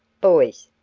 boys,